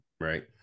right